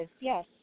yes